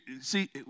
see